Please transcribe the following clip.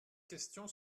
question